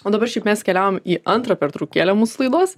o dabar šiaip mes keliaujam į antrą pertraukėlę mūsų laidos